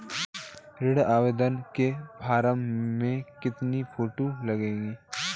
ऋण आवेदन के फॉर्म में कितनी फोटो लगेंगी?